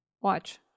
Watch